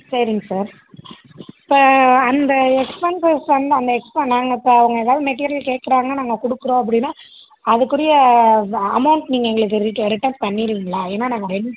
சரிங்க சார் இப்போ அந்த எக்ஸ்பென்ஸஸ் வந்து அந்த எக்ஸ்ட்ரா நாங்கள் இப்போ அவங்க எதாவது மெட்டீரியல் கேட்குறாங்க நாங்கள் கொடுக்குறோம் அப்படின்னா அதுக்குரிய அந்த அமௌண்ட் நீங்கள் எங்களுக்கு ரிட்ட ரிட்டன் பண்ணிடுவீங்களா ஏன்னா நாங்கள் ரெண்ட்